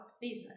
business